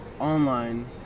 online